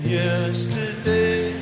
yesterday